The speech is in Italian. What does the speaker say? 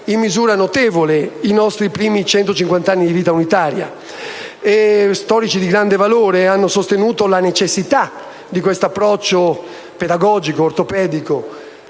in misura notevole i nostri primi centocinquant'anni di vita unitaria. Storici di grande valore hanno sostenuto la necessità di questo approccio pedagogico e ortopedico